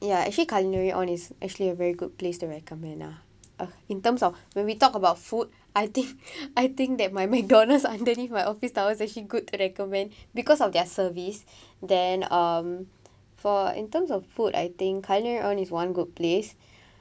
ya actually culinaryon it's actually a very good place to recommend ah ah in terms of when we talk about food I think I think that my McDonald's underneath my office towers actually good to recommend because of their service then um for in terms of food I think culinaryon is one good place